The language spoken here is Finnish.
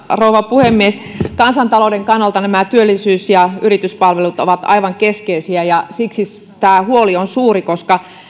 rouva puhemies kansantalouden kannalta työllisyys ja yrityspalvelut ovat aivan keskeisiä ja tämä huoli on suuri koska